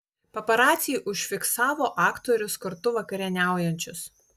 paparaciai užfiksavo aktorius kartu vakarieniaujančius